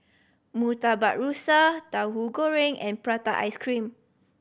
Murtabak Rusa Tahu Goreng and prata ice cream